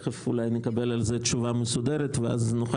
תכף אולי נקבל על זה תשובה מסודרת ואז נוכל